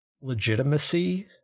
legitimacy